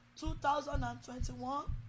2021